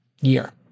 year